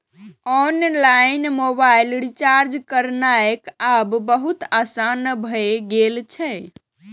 online mobile recharge करनाय आब बहुत आसान भए गेल छै